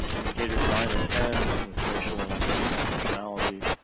indicators nine and ten with racial and ethnic disproportionality.